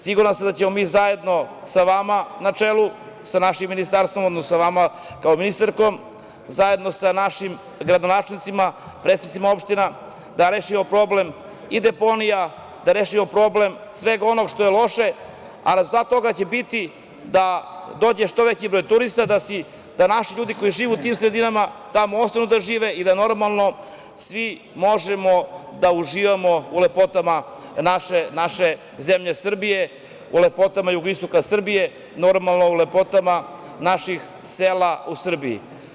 Siguran sam da ćemo mi zajedno sa vama na čelu, sa našim ministarstvom, odnosno sa vama kao ministarkom, zajedno sa našim gradonačelnicima, predsednicima opština, da rešimo problem deponija, da rešimo problem svega onoga što je loše, a rezultat toga će biti da dođe što veći broj turista da naši ljudi koji žive u tim sredinama tamo ostanu da žive i da normalno svi možemo da uživamo u lepotama naše zemlje Srbije, u lepotama jugoistoka Srbije, normalno u lepotama naših sela u Srbiji.